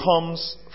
comes